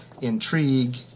intrigue